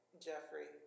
Jeffrey